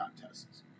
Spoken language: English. contests